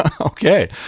okay